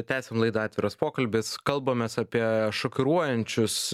tęsiam laidą atviras pokalbis kalbamės apie šokiruojančius